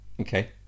Okay